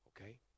okay